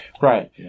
Right